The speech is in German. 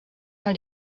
mal